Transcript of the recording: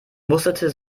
musterte